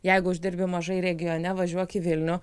jeigu uždirbi mažai regione važiuok į vilnių